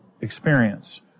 experience